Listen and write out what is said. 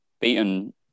beaten